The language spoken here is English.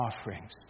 offerings